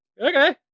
Okay